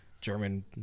German